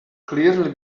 clearly